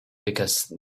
because